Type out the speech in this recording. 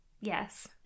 Yes